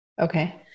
Okay